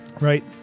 Right